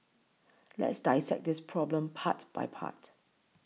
let's dissect this problem part by part